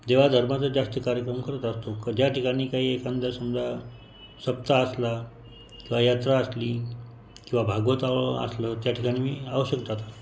देवाधर्माचे जास्ती कार्यक्रम करत असतो ज्या ठिकाणी काही एखादा समजा सप्ता असला किंवा यात्रा असली किंवा भागवतावर असलं त्या ठिकाणी मी अवश्य जातो